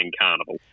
Carnival